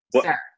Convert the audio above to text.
sir